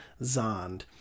Zond